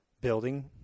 building